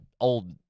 old